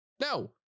no